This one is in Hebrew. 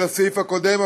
לסעיף הקודם,